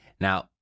Now